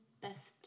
Best